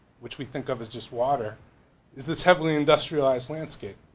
which we think of as just water is this heavily industrialized landscape.